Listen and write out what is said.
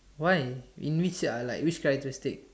why in which uh like which characteristic